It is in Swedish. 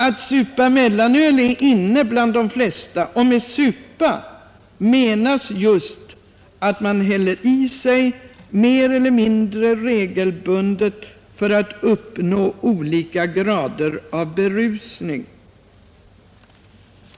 Att supa mellanöl är ”inne” bland de flesta, och med supa menas just att man häller i sig mer eller mindre regelbundet för att uppnå olika grader av berusning.